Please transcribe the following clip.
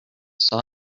saw